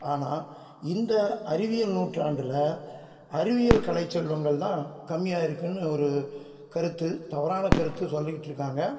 ஆனால் இந்த அறிவியல் நூற்றாண்டில் அறிவியல் கலை செல்வங்கள்தான் கம்மியாக இருக்குதுன்னு ஒரு கருத்து தவறான கருத்து சொல்லிக்கிட்டிருகாங்க